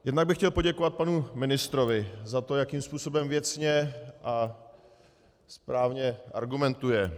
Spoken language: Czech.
Jednak bych chtěl poděkovat panu ministrovi za to, jakým způsobem věcně a správně argumentuje.